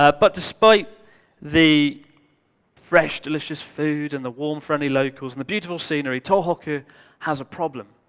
ah but despite the fresh delicious food, and the warm, friendly locals and the beautiful scenery, tohoku has a problem.